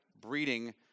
breeding